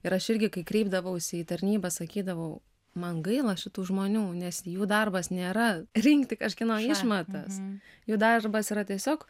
ir aš irgi kai kreipdavausi į tarnybą sakydavau man gaila šitų žmonių nes jų darbas nėra rinkti kažkieno išmatas jų darbas yra tiesiog